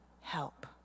help